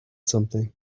something